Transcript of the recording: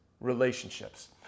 relationships